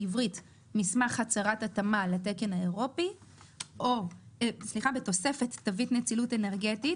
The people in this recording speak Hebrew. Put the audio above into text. בעברית מסמך הצהרת התאמה לתקן האירופי בתוספת תווית נצילות אנרגטית,